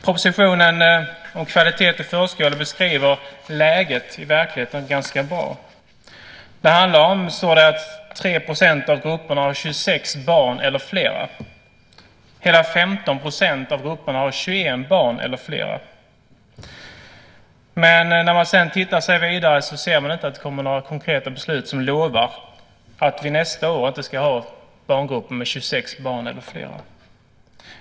Propositionen om kvalitet i förskolan beskriver läget i verkligheten ganska bra. Det handlar om, står det, att 3 % av grupperna har 26 barn eller flera. Hela 15 % av grupperna har 21 barn eller flera. När man sedan tittar vidare ser man inga konkreta beslut som lovar att vi nästa år inte ska ha barngrupper med 26 barn eller flera.